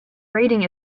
rating